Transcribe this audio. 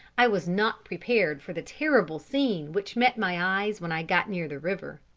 i was not prepared for the terrible scene which met my eyes when i got near the river.